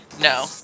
No